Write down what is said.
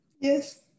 Yes